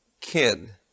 kid